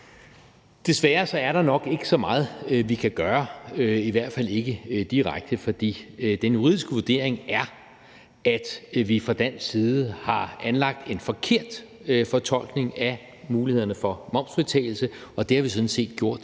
Desværre er der nok ikke så meget, vi kan gøre, i hvert fald ikke direkte, for den juridiske vurdering er, at vi fra dansk side har anlagt en forkert fortolkning af mulighederne for momsfritagelse, og det har vi sådan set gjort